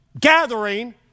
gathering